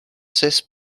cesse